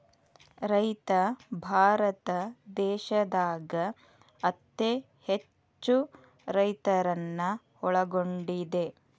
ರೈತ ಭಾರತ ದೇಶದಾಗ ಅತೇ ಹೆಚ್ಚು ರೈತರನ್ನ ಒಳಗೊಂಡಿದೆ